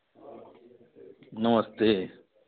नमस्ते